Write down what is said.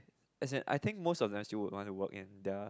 as and I think most of them still would want to in the